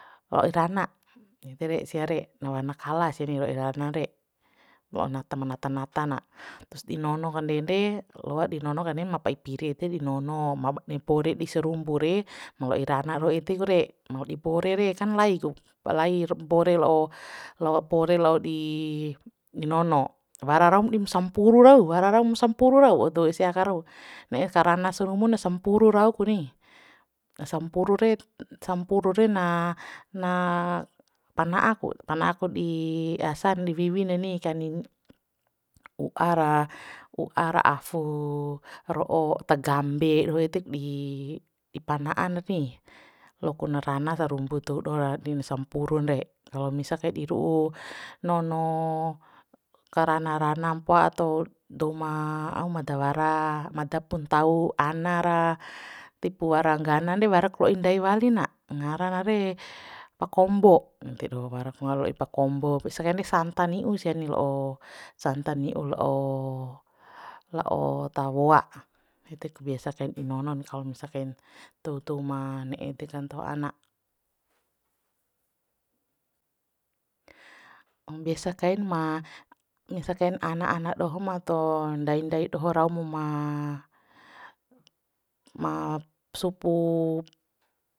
La'oi rana ede re sia re nawana kala sia ni lo'i rana re la'o nata manata nata na trus di nono ka ndede loa di nono kanen ma pa'i piri ede di nono ma dibore di sarumbu re ma lo'i rana doho ede kure ma loa di bore re kan lai ku plai ro bore la'o la'o bore la'o di dinono wara raum dim sampuru rau wara raum sampuru rau dou ede aka rau ne'e karana sarumu na sampuru rau ku ni sampuru re sampuru re na na pana'a ku pana'a ku di asan di wiwin reni kanin u'a ra u'a ra afu ro'o tagambe roho edek di di pana'a na ni lokona rana sarumbu dou doho ra din sampurun re kalo misa kain di ru'u nono karana rana mpoa atau douma auma dawara mada pu ntau ana ra tipu wara ngganan re wara ku lo'i ndai wali na ngara na re pakombo de doho warak ngara lo'i pakombo biasa kain re santa ni'u sia ni'u la'o santa ni'u la'o la'o tawoa ede ku biasa kain di nono ni kalo misa kain dou dou ma ne'e dekan ntau ana biasa kain ma misa kain ana ana ato ndai ndai doho rau mu ma ma supu